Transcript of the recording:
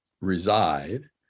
reside